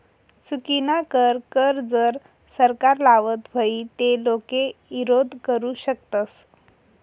चुकीनाकर कर जर सरकार लावत व्हई ते लोके ईरोध करु शकतस